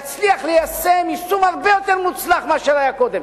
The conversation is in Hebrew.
יצליח ליישם יישום הרבה יותר מוצלח מאשר היה קודם,